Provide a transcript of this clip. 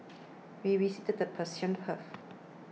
we visited the Persian Gulf